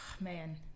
man